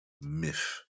myth